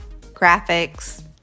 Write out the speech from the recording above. graphics